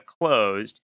closed